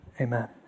amen